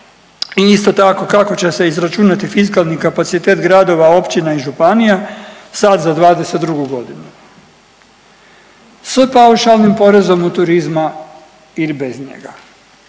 I isto tako kako će se izračunati fiskalni kapacitet gradova, općina i županija sad za 2022. godinu sa paušalnim porezom od turizma ili bez njega.